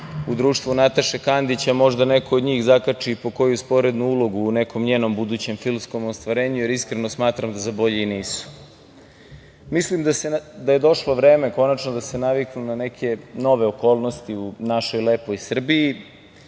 u društvu Nataše Kandić, a možda neko od njih i zakači po koju sporednu ulogu u nekom njenom budućem filmskom ostvarenju. Iskreno smatram da za bolje i nisu. Mislim da je došlo vreme konačno da se naviknu na neke nove okolnosti u našoj lepoj Srbiji,